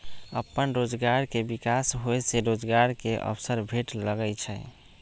अप्पन रोजगार के विकास होय से रोजगार के अवसर भेटे लगैइ छै